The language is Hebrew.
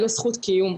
אין לו זכות קיום.